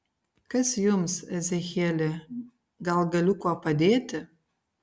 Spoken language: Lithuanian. kas jums ezechieli gal galiu kuo padėti